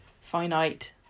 Finite